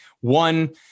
one